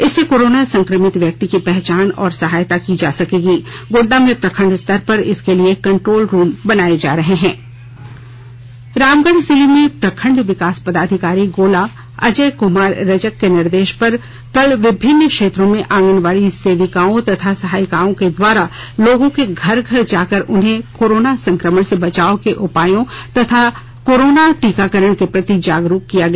इससे कोरोना संक्रमित व्यक्ति की पहचान और सहायता की जा सकेगी गोड्डा में प्रखंड स्तर पर इसके लिए कंट्रोल रूम बनाए जा रहे हैं रामगढ़ जिले में प्रखंड विकास पदाधिकारी गोला अजय कुमार रजक के निर्देश पर कल विभिन्न क्षेत्रों में आंगनबाड़ी सेविकाओं तथा सहायिकाओं के द्वारा लोगों के घर घर जाकर उन्हें कोरोना संक्रमण से बचाव के उपायों तथा कोरोना टीकाकरण के प्रति जागरूक किया गया